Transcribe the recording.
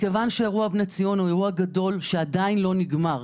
מכיוון שאירוע בני ציון הוא אירוע גדול שעדיין לא נגמר,